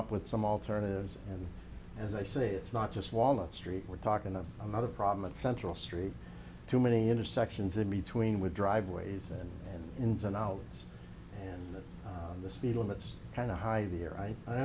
up with some alternatives and as i say it's not just walnut street we're talking of another problem at central street too many intersections in between with driveways and ins and outs and the speed limits kind of hi there i